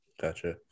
Gotcha